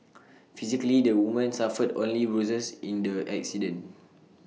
physically the woman suffered only bruises in the accident